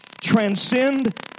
transcend